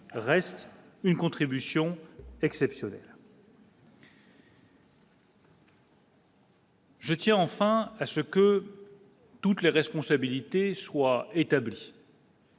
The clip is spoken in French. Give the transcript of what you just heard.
reste une contribution exceptionnelle. Je tiens enfin à ce que toutes les responsabilités soient établies.